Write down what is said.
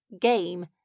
game